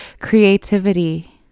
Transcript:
creativity